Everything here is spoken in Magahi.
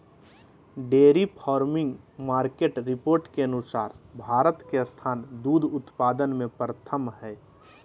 डेयरी फार्मिंग मार्केट रिपोर्ट के अनुसार भारत के स्थान दूध उत्पादन में प्रथम हय